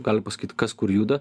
gali pasakyt kas kur juda